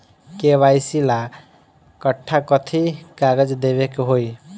KYC ला कट्ठा कथी कागज देवे के होई?